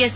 S